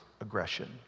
aggression